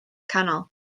canol